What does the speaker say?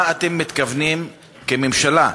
מה אתם מתכוונים, כממשלה,